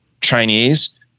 Chinese